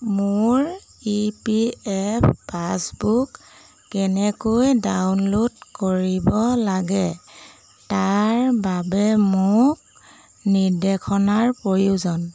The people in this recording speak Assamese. মোৰ ই পি এফ পাছবুক কেনেকৈ ডাউনল'ড কৰিব লাগে তাৰ বাবে মোক নিৰ্দেশনাৰ প্ৰয়োজন